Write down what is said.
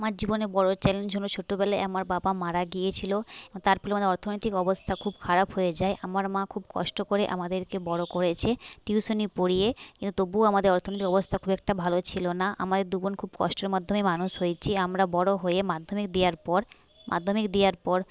আমার জীবনের বড়ো চ্যালেঞ্জ হল ছোট্টবেলায় আমার বাবা মারা গিয়েছিল তারপরে আমাদের অর্থনৈতিক অবস্থা খুব খারাপ হয়ে যায় আমার মা খুব কষ্ট করে আমাদেরকে বড়ো করেছে টিউশনি পড়িয়ে তবুও আমাদের অর্থনৈতিক অবস্থা খুব একটা ভালো ছিল না আপনাদের দু বোন খুব কষ্টের মাধ্যমেই মানুষ হয়েছি আমরা বড়ো হয়ে মাধ্যমিক দেওয়ার পর মাধ্যমিক দেওয়ার পর